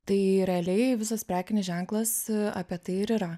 tai realiai visas prekinis ženklas apie tai ir yra